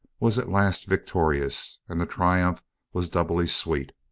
was at last victorious and the triumph was doubly sweet.